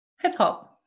Hip-hop